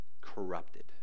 corrupted